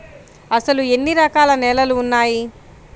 అసలు ఎన్ని రకాల నేలలు వున్నాయి?